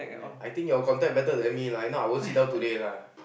don't have I think your contact better than me lah if not I won't sit down today lah